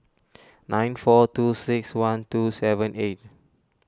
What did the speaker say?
nine four two six one two seven eight